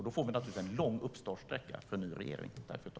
Då får givetvis en ny regering en lång uppfartssträcka.